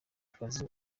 akazi